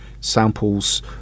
samples